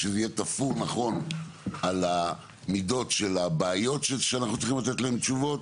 כשזה יהיה תפור נכון על המידות של הבעיות שאנחנו צריכים לתת להן תשובות.